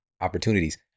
opportunities